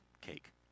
cake